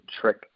trick